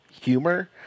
humor